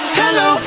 hello